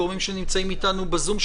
גורמים שנמצאים איתנו בזום,